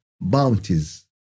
bounties